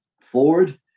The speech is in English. Ford